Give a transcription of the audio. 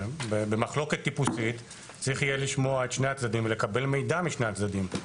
במחלוקת טיפוסית צריך יהיה לשמוע את שני הצדדים ולקבל מידע משני הצדדים.